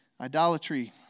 Idolatry